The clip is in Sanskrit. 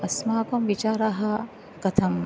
अस्माकं विचारः कथम्